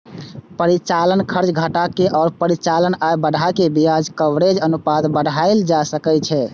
परिचालन खर्च घटा के आ परिचालन आय बढ़ा कें ब्याज कवरेज अनुपात बढ़ाएल जा सकै छै